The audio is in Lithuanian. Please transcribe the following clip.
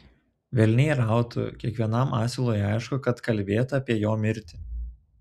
velniai rautų kiekvienam asilui aišku kad kalbėta apie jo mirtį